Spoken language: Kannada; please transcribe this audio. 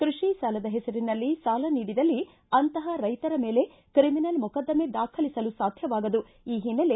ಕೃಷಿ ಸಾಲದ ಹೆಸರಿನಲ್ಲಿ ಸಾಲ ನೀಡಿದಲ್ಲಿ ಅಂತಹ ರೈತರ ಮೇಲೆ ಕ್ರಿಮಿನಲ್ ಮೊಕದ್ದಮೆ ದಾಖಲಿಸಲು ಸಾಧ್ಯವಾಗದು ಈ ಹಿನ್ನೆಲೆ